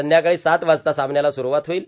संध्याकाळी सात वाजता सामन्याला सुरुवात होईल